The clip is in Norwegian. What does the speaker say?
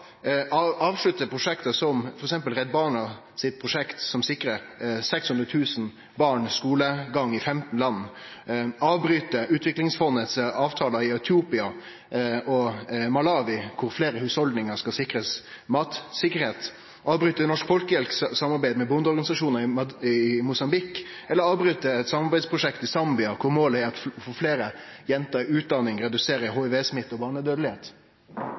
avslutte prosjekt som f.eks. Redd Barna sitt prosjekt som sikrar 600 000 barn skulegong i 15 land, avbryte Utviklingsfondets avtalar i Etiopia og Malawi, kor fleire hushald skal sikrast matsikkerheit, avbryte Norsk Folkehjelps samarbeid med bondeorganisasjonar i Mosambik eller avbryte eit samarbeidsprosjekt i Zambia kor målet er å få fleire jenter i utdanning og redusere hivsmitte og